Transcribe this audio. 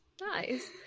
Nice